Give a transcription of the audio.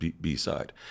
B-side